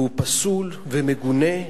והוא פסול ומגונה,